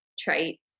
traits